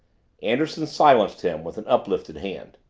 anderson silenced him with an uplifted hand.